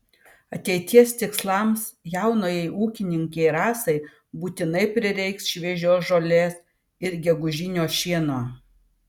ateities tikslams jaunajai ūkininkei rasai būtinai prireiks šviežios žolės ir gegužinio šieno